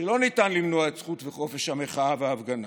שלא ניתן למנוע את זכות וחופש המחאה וההפגנה,